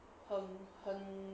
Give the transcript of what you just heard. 很很